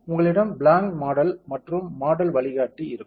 உங்களிடம் blank model மற்றும் model வழிகாட்டி இருக்கும்